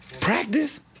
Practice